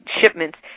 shipments